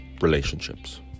relationships